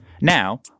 Now